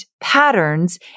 patterns